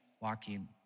walking